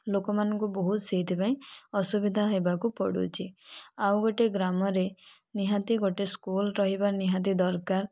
ଲୋକମାନଙ୍କୁ ବହୁ ସେଇଥିପାଇଁ ଅସୁବିଧା ହେବାକୁ ପଡୁଛି ଆଉ ଗୋଟିଏ ଗ୍ରାମରେ ନିହାତି ଗୋଟିଏ ସ୍କୁଲ ରହିବା ନିହାତି ଦରକାର